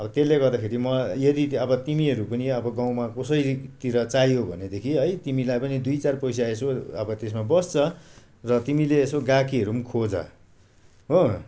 अब त्यसले गर्दाखेरि मलाई यदि त्यो अब तिमीहरू पनि अब गाउँमा कसैतिर चाहियो भनेदेखि है तिमीलाई पनि दुई चार पैसा यसो अब त्यसमा बस्छ र तिमीले यसो ग्राहकीहरू पनि खोज हो